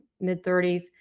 mid-30s